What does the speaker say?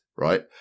Right